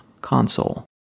console